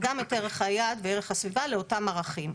גם את ערך היעד וערך הסביבה לאותם ערכים.